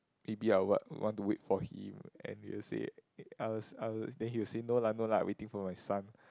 maybe I'll what want to wait for him and he will say eh I was I was then he will say no lah no lah I waiting for my son